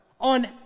on